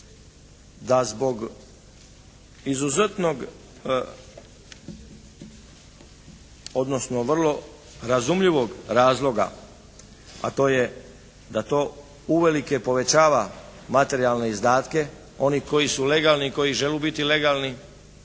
da zbog izuzetnog odnosno vrlo razumljivog razloga a to je da to uvelike povećava materijalne izdatke onih koji su legalni, koji žele biti legalni,